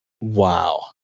Wow